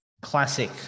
classic